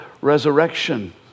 resurrection